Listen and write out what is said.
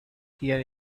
hear